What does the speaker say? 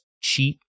cheap